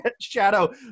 shadow